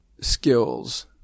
skills